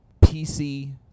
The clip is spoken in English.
PC